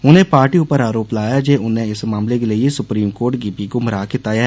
उनें सरकार उप्पर आरोप लाया जे उन्नै इस मामले गी लेइयै सुप्रीम कोर्ट गी बी गुमराह कीता ऐ